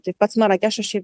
tai pats marakešas šiaip